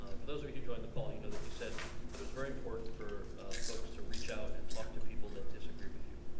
ah for those of you who joined the call, you know that he said it was very important for folks to reach out and talk to people that disagree with you.